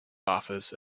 office